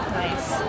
nice